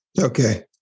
Okay